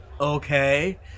Okay